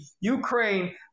Ukraine